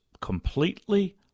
completely